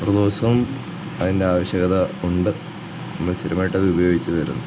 അത് ദിവസവും അതിൻ്റെ ആവശ്യകത ഉണ്ട് പിന്നെ സ്ഥിരമായിട്ടത് ഉപയോഗിച്ച് വരുന്നു